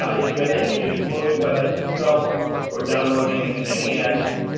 ah if you have any issues loading webex itself or downloading any add ins,